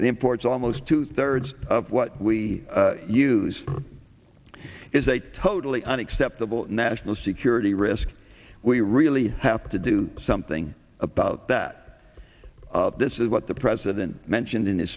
and imports almost two thirds of what we use is a totally unacceptable national security risk we really have to do something about that this is what the president mentioned in his